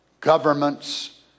governments